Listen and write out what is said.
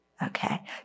Okay